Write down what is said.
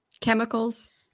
Chemicals